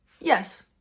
yes